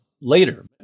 later